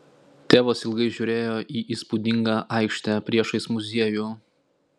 tėvas ilgai žiūrėjo į įspūdingą aikštę priešais muziejų